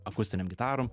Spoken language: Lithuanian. akustinėm gitarom